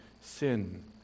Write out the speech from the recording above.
sin